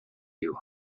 you